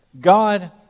God